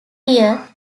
here